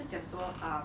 他就讲说 um